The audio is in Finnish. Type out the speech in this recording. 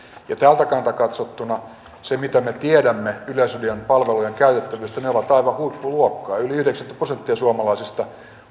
tältä kannalta katsottuna me tiedämme yleisradion palvelujen käytettävyydestä sen että ne ovat aivan huippuluokkaa yli yhdeksänkymmentä prosenttia suomalaisista